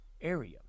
area